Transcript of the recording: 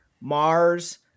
Mars